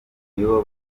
nibo